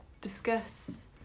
discuss